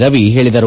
ರವಿ ಹೇಳಿದರು